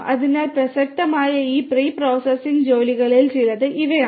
അതിനാൽ പ്രസക്തമായ ഈ പ്രീ പ്രോസസ്സിംഗ് ജോലികളിൽ ചിലത് ഇവയാണ്